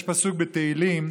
יש פסוק בתהילים: